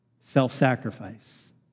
Self-sacrifice